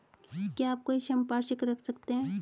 क्या आप कोई संपार्श्विक रख सकते हैं?